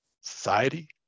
society